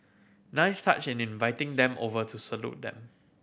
nice touch in inviting them over to salute them